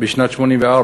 בשנת 1984,